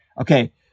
Okay